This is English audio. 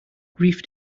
grief